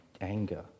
anger